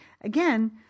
again